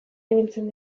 ibiltzen